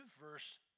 verse